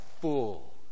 full